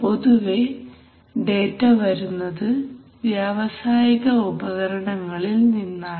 പൊതുവേ ഡേറ്റ വരുന്നത് വ്യാവസായിക ഉപകരണങ്ങളിൽ നിന്നാണ്